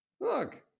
Look